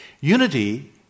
Unity